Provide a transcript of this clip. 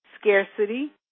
scarcity